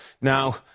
Now